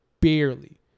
Barely